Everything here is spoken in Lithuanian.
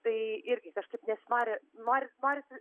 tai irgi kažkaip nesinori noris norisi